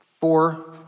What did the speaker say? four